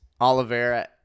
Oliveira